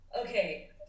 Okay